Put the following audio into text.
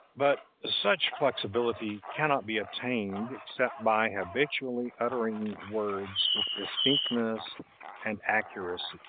but such flexibility cannot be attained except by habitually uttering words with distinctness and accuracy.